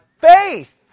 faith